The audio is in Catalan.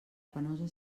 penosa